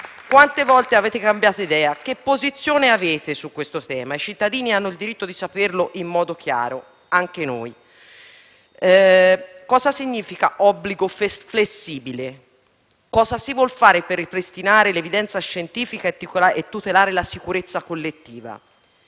Quante volte avete cambiato idea? Che posizione avete su questo tema? I cittadini hanno il diritto di saperlo in modo chiaro; anche noi. Cosa significa obbligo flessibile? Cosa si vuol fare per ripristinare l'evidenza scientifica e tutelare la sicurezza collettiva?